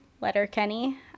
Letterkenny